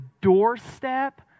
doorstep